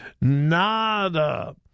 nada